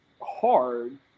hard